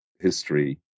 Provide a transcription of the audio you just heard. history